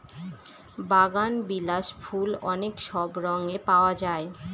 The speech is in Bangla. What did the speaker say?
বাগানবিলাস ফুল অনেক সব রঙে পাওয়া যায়